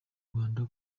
rwanda